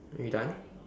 are you done